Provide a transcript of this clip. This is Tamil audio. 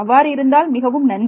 அவ்வாறு இருந்தால் மிகவும் நன்று